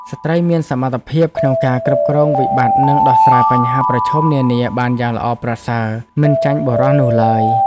ស្ត្រីមានសមត្ថភាពក្នុងការគ្រប់គ្រងវិបត្តិនិងដោះស្រាយបញ្ហាប្រឈមនានាបានយ៉ាងល្អប្រសើរមិនចាញ់បុរសនោះឡើយ។